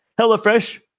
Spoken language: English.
HelloFresh